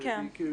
נכון,